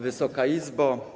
Wysoka Izbo!